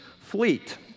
fleet